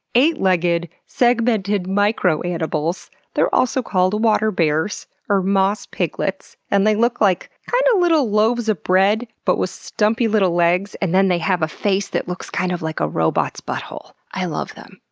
eight-legged, segmented micro-animals. they're also called water bears, or moss piglets, and they look like kinda kind of little loaves of bread, but with stumpy little legs, and then they have a face that looks kind of like a robot's butthole. i love them.